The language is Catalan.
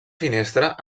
finestra